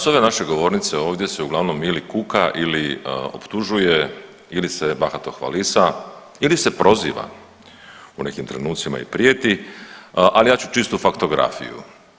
S ove naše govornice ovdje se uglavnom ili kuka ili optužuje ili se bahato hvalisa ili se proziva u nekim trenucima i prijeti, ali ja ću čisto faktografiju.